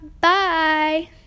bye